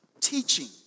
teaching